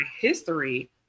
history